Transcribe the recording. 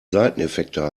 seiteneffekte